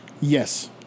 Yes